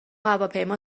هواپیما